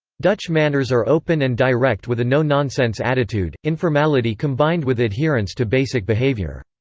dutch manners are open and direct with a no-nonsense attitude informality combined with adherence to basic behaviour.